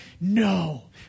No